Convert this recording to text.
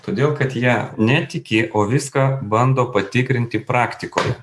todėl kad ja netiki o viską bando patikrinti praktikoje